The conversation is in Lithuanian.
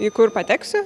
į kur pateksiu